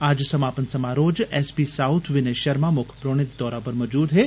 अज्ज समापन समारोह च S P South Vinay Sharma मुक्ख परौहने दे तौरा पर मौजूद हे